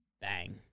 Bang